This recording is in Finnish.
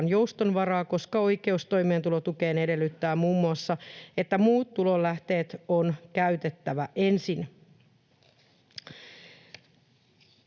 koska oikeus toimeentulotukeen edellyttää muun muassa, että muut tulonlähteet on käytettävä ensin.